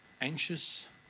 Anxious